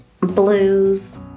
blues